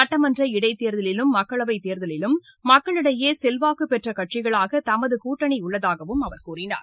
சட்டமன்ற இடைத்தேர்தலிலும் மக்களவைத் தேர்தலிலும் மக்களிடையே செல்வாக்குப் பெற்ற கட்சிகளாக தமது கூட்டணி உள்ளதாகவும் அவர் கூறினார்